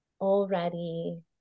already